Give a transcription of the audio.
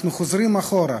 אנחנו חוזרים אחורה.